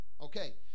Okay